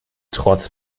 trotz